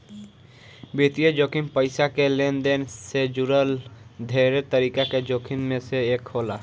वित्तीय जोखिम पईसा के लेनदेन से जुड़ल ढेरे तरीका के जोखिम में से एक होला